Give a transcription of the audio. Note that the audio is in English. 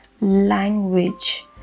language